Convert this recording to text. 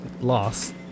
Lost